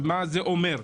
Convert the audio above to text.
של מה זה אומר.